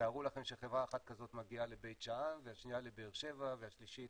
תארו לכם שחברה אחת כזאת מגיעה לבית שאן והשנייה לבאר שבע והשלישית,